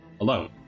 alone